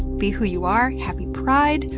be who you are. happy pride.